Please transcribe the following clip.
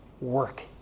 work